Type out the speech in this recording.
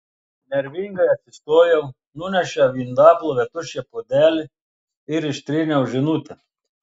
nervingai atsistojau nunešiau į indaplovę tuščią puodelį ir ištryniau žinutę